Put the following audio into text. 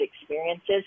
experiences